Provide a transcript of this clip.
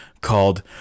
called